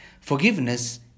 forgiveness